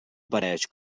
apareix